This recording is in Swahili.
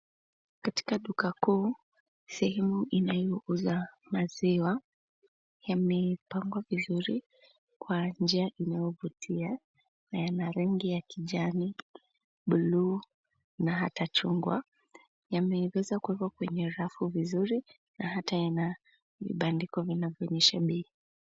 Katika duka kuu sehemu inayouza maziwa, yamepangwa vizuri kwa njia inayovutia na yana rangi ya kijani, bluu na hata chungwa, yameweza kuwekwa kwenye rafu vizuri na hata yana vibandiko vinavyoonyesha bei.